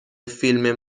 فیلم